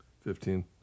Fifteen